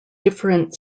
different